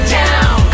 down